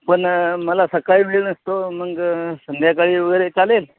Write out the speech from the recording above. पण मला सकाळी वेळ नसतो मग संध्याकाळी वगैरे चालेल